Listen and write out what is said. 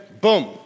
boom